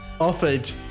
offered